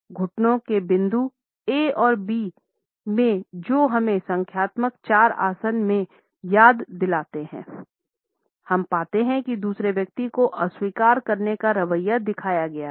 घुटने के बिंदु ए और बी में जो हमें संख्यात्मक 4 आसन की याद दिलाते हैं हम पाते हैं कि दूसरे व्यक्ति को अस्वीकार करने का रवैया दिखाया गया है